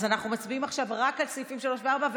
אז נצביע עכשיו רק על סעיפים 3 ו-4,